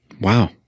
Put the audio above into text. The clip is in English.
Wow